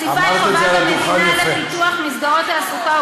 מציבה את חובת המדינה לפיתוח מסגרות תעסוקה,